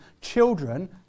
children